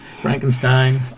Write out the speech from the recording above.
Frankenstein